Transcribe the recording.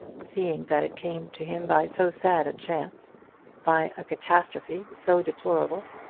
seeing that it came to him by so sad a chance by a catastrophe so deplorable?